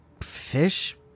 fish